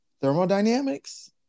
thermodynamics